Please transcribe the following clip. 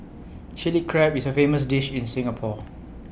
Chilli Crab is A famous dish in Singapore